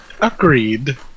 agreed